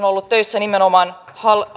olleet töissä nimenomaan